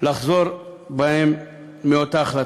לחזור בהן מאותה החלטה.